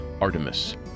Artemis